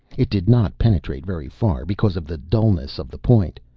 it did not penetrate very far because of the dullness of the point.